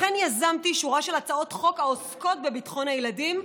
לכן יזמתי שורה של הצעות חוק העוסקות בביטחון ילדים.